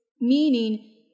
meaning